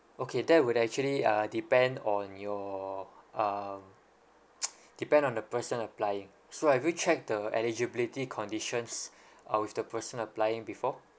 okay that would actually uh depend on your um depend on the person applying so have you checked the eligibility conditions uh with the person applying before